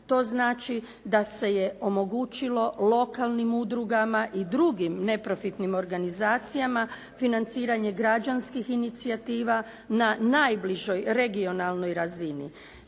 to znači da se je omogućilo lokalnim udrugama i drugim neprofitnim organizacijama financiranje građanskih inicijativa na najbližoj regionalnoj razini.